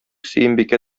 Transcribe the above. сөембикә